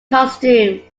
costume